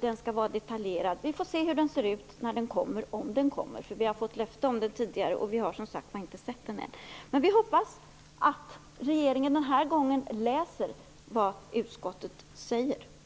Den skall vara detaljerad. Vi får se hur den ser ut när den kommer, om den kommer. Vi har fått löfte om den tidigare, och vi har som sagt inte sett den än. Men vi hoppas att regeringen den här gången läser vad utskottet säger.